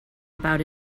about